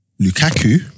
Lukaku